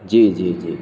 جی جی جی